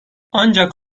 ancak